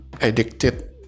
addicted